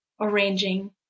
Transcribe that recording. arranging